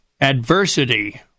adversity